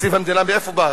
תקציב המדינה, מאיפה בא?